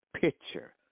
picture